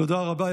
תודה רבה.